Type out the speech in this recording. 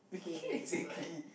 exactly